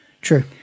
true